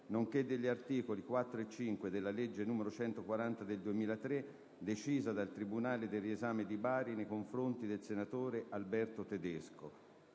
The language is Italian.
nonché degli articoli 4 e 5 della legge n. 140 del 2003 - decisa dal tribunale del riesame di Bari nei confronti del senatore Alberto Tedesco